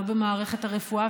לא במערכת הרפואה,